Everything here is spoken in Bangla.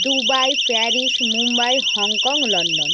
Dubai Paris Mumbai Hong Kong London